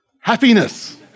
Happiness